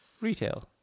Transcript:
Retail